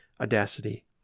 audacity